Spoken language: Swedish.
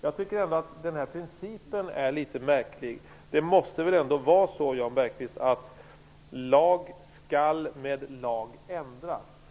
Jag tycker att principen är litet märklig. Det måste väl ändå vara så, Jan Bergqvist, att lag skall med lag ändras.